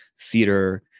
theater